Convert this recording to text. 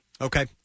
Okay